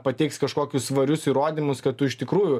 pateiks kažkokius svarius įrodymus kad tu iš tikrųjų